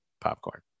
popcorn